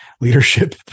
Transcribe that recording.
leadership